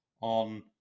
on